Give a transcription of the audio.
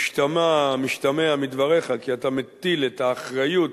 משתמע מדבריך כי אתה מטיל את האחריות